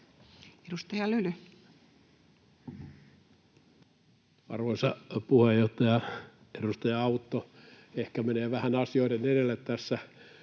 Edustaja Lyly. Arvoisa puheenjohtaja! Edustaja Autto ehkä menee vähän asioiden edelle tässä.